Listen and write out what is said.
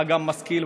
אתה גם משכיל,